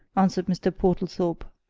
answered mr. portlethorpe.